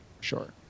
Sure